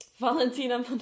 Valentina